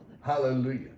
Hallelujah